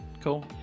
cool